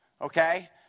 Okay